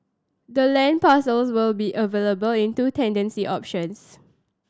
the land parcels will be available in two tenancy options